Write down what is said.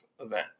event